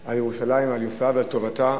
על ירושלים, על יופיה ועל טובתה,